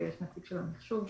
ויש נציג של המחשוב,